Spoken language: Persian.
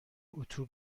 اتو